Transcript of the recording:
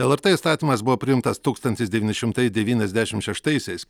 lrt įstatymas buvo priimtas tūkstantis devyni šimtai devyniasdešim šeštaisiais